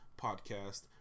Podcast